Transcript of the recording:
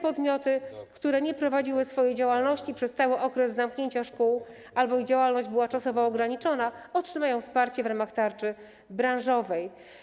Podmioty, które nie prowadziły działalności przez cały okres zamknięcia szkół albo ich działalność była czasowo ograniczona, otrzymają wsparcie w ramach tarczy branżowej.